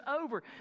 over